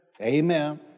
amen